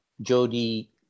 Jody